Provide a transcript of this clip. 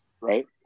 right